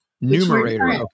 Numerator